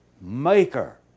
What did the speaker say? maker